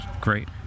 great